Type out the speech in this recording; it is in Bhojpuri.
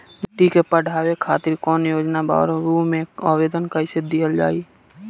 बेटी के पढ़ावें खातिर कौन योजना बा और ओ मे आवेदन कैसे दिहल जायी?